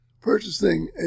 purchasing